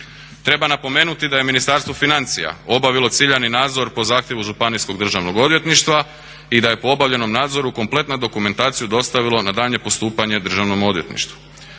Treba napomenuti da je Ministarstvo financija obavilo ciljani nadzor po zahtjevu Županijskog državnog odvjetništva i da je po obavljenom nadzoru kompletnu dokumentaciju dostavilo na daljnje postupanje državnom odvjetništvu.